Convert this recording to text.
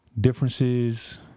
Differences